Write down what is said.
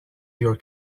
your